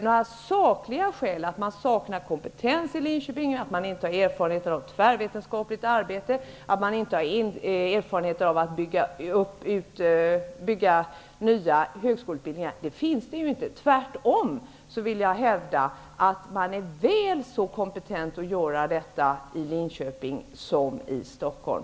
Några sakliga skäl -- att man saknar kompetens i Linköping, att man inte har erfarenhet av tvärvetenskapligt arbete, att man inte har erfarenhet av att inrätta nya högskoleutbildningar -- finns inte. Tvärtom, jag vill hävda att man är väl så kompetent, såväl i Linköping som i Stockholm.